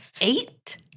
Eight